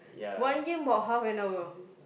one game about half an hour